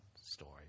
story